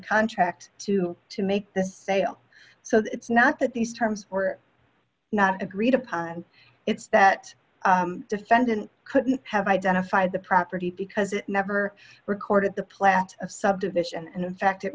contract to to make the sale so that it's not that these terms were not agreed upon and it's that the defendant could have identified the property because it never recorded the plat of subdivision and in fact it